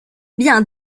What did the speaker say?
bien